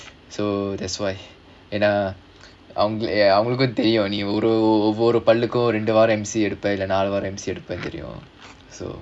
so that's why and uh ஏனா அவங்களுக்கு தெரியும் நீ ஒவ்வொரு பல்லுக்கும் ரெண்டு வாரம்:yaenaa avangalukku theriyum nee ovvoru pallukkum rendu vaaram M_C எடுப்ப இல்ல நாலு வாரம்:eduppa illa naalu vaaram M_C எடுப்பனு தெரியும்:edupanu theriyum so